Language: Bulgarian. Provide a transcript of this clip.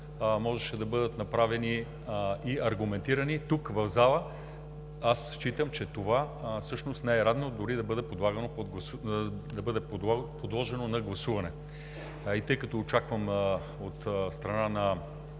можеше да бъдат направени и аргументирани. Тук, в залата, аз считам, че това всъщност не е редно дори да бъде подлагано на гласуване. Тъй като очаквам от страна на